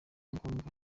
ngombwa